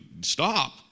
stop